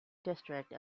district